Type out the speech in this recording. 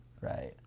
right